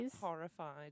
Horrified